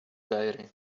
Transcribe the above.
diary